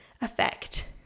effect